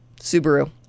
Subaru